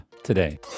today